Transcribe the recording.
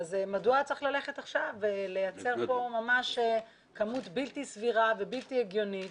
אז מדוע צריך ללכת עכשיו ולייצר כאן ממש כמות בלתי סבירה ובלתי הגיונית